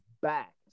back